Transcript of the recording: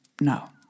no